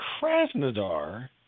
Krasnodar